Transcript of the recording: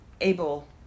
able